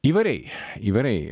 įvairiai įvairiai